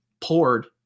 poured